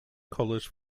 college